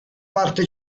parte